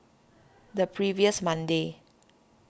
the previous Monday